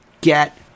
Get